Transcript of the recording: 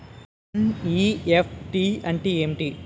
NEFT అంటే ఎంటి?